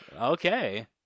Okay